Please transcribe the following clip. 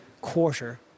quarter